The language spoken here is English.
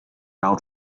out